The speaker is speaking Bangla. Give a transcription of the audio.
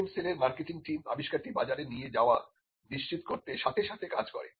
IPM সেলের মার্কেটিং টিম আবিষ্কারটি বাজারে নিয়ে যাওয়া নিশ্চিত করতে সাথে সাথে কাজ করে